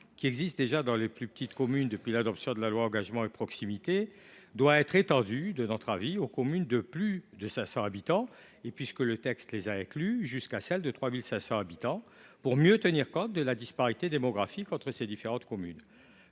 qui existe déjà dans les plus petites communes depuis l’adoption de la loi Engagement et proximité, doit être étendue aux communes de plus de 500 habitants et jusqu’à celles de 3 500 habitants, pour mieux tenir compte de la disparité démographique entre ces différentes communes.